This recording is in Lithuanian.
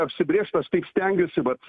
apsibrėžt aš taip stengiuosi vat